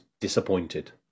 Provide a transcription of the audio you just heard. disappointed